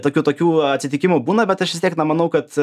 tokių tokių atsitikimų būna bet aš vis tiek na manau kad